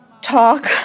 talk